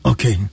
Okay